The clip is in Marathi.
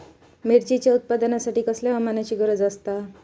मिरचीच्या उत्पादनासाठी कसल्या हवामानाची गरज आसता?